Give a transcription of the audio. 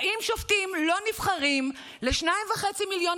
באים שופטים לא נבחרים לשניים וחצי מיליון